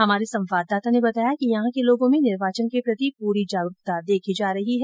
हमारे संवाददाता ने बताया कि यहां के लोगो में निर्वाचन के प्रति पूरी जागरूकता देखी जा रही है